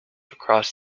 across